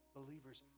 believers